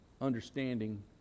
understanding